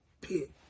pit